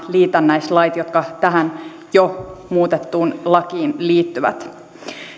liitännäislait jotka tähän jo muutettuun lakiin liittyvät